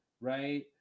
right